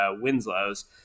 Winslow's